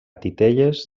titelles